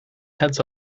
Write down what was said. heads